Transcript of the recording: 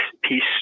peace